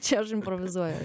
čia aš improvizuoju